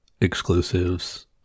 exclusives